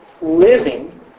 Living